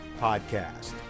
Podcast